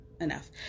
Enough